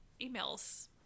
emails